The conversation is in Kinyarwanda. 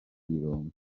birombe